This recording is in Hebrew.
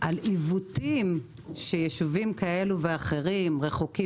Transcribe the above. על עיוותים שישובים כאלו ואחרים רחוקים